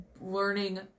learning